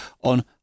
on